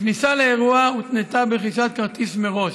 הכניסה לאירוע הותנתה ברכישת כרטיס מראש.